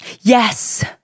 Yes